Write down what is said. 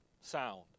sound